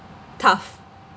tough